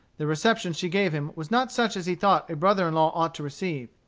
the reception she gave him was not such as he thought a brother-in-law ought to receive.